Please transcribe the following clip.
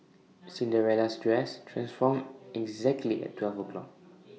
Cinderella's dress transformed exactly at twelve o'clock